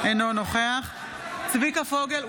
אינו נוכח צביקה פוגל,